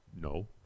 No